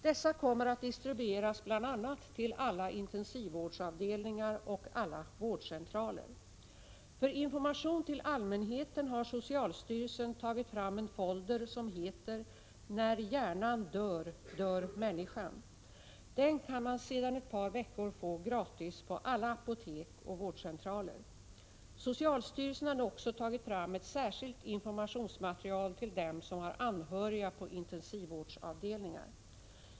Dessa kommer att distribueras bl.a. till alla intensivvårdsavdelningar och alla vårdcentraler. För information till allmänheten har socialstyrelsen tagit fram en folder som heter ”När hjärnan dör, dör människan”. Den kan man sedan ett par veckor få gratis på alla apotek och vårdcentraler. Socialstyrelsen har också tagit fram ett särskilt informationsmaterial till dem som har anhöriga på intensivvårdsavdelningar.